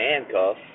handcuff